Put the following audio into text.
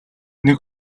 нэг